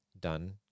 done